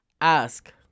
ask